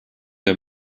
der